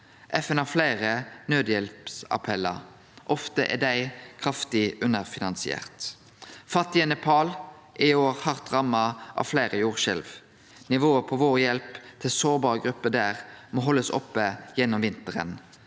FN har fleire naudhjelpsappellar – ofte er dei kraftig underfinansierte. Fattige Nepal er i år hardt ramma av fleire jordskjelv. Nivået på vår hjelp til sårbare grupper der må haldast oppe gjennom vinteren.